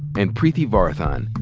and preeti varathan.